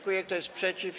Kto jest przeciw?